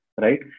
right